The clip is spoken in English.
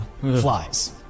Flies